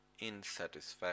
insatisfaction